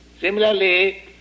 Similarly